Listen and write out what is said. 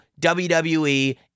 WWE